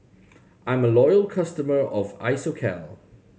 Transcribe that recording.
I'm a loyal customer of Isocal